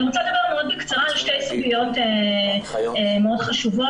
אני רוצה לדבר מאוד בקצרה על שתי סוגיות מאוד חשובות.